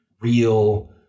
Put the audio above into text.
real